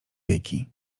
wieki